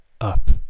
up